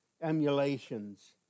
emulations